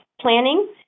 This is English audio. planning